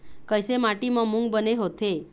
कइसे माटी म मूंग बने होथे?